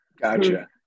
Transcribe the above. Gotcha